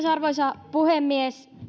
arvoisa puhemies